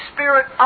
Spirit